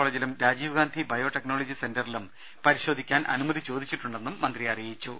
കോളേജിലും രാജീവ് ഗാന്ധി ബയോടെക്നോളജി സെന്ററിലും പരിശോധിക്കാനുള്ള അനുമതി ചോദിച്ചിട്ടുണ്ടെന്നും മന്ത്രി പറഞ്ഞു